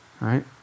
right